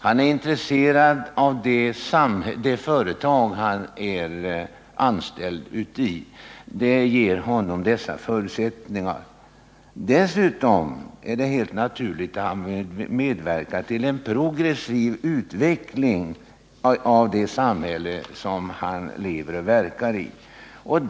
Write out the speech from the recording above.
Han är intresserad av det företag han är anställd i. Det ger honom möjlighet att försörja sig själv och sin familj. Dessutom är det naturligt att han vill medverka till en progressiv utveckling av det samhälle som han lever och verkar i.